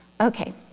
Okay